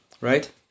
Right